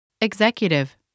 executive